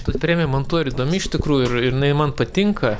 ta premija man tuo ir įdomi iš tikrųjų ir jinai man patinka